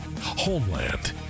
Homeland